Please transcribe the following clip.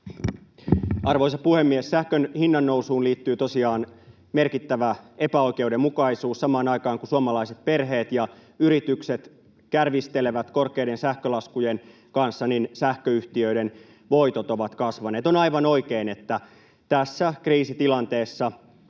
Arvoisa puhemies! Sähkön hinnannousuun liittyy tosiaan merkittävä epäoikeudenmukaisuus: samaan aikaan kun suomalaiset perheet ja yritykset kärvistelevät korkeiden sähkölaskujen kanssa, sähköyhtiöiden voitot ovat kasvaneet. On aivan oikein, että tässä kriisitilanteessa